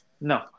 No